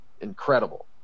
incredible